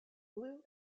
blue